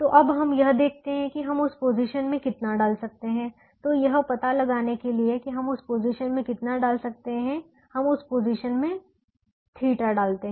तो अब हम यह देखते हैं कि हम उस पोजीशन में कितना डाल सकते हैं तो यह पता लगाने के लिए कि हम उस पोजीशन में कितना डाल सकते हैं हम उस पोजीशन में θ डालते हैं